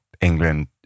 England